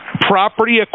property